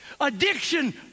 Addiction